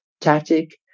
tactic